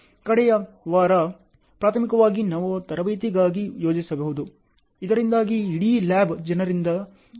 ಕಡೆಯ ವಾರ ಪ್ರಾಥಮಿಕವಾಗಿ ನಾವು ತರಬೇತಿಗಾಗಿ ಯೋಜಿಸಬಹುದು ಇದರಿಂದಾಗಿ ಇಡೀ ಲ್ಯಾಬ್ ಜನವರಿಯಿಂದ ಕಾರ್ಯನಿರ್ವಹಿಸುವ ಮೂಲಕ ಪ್ರಾರಂಭವಾಗುತ್ತದೆ